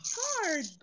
hard